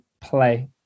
play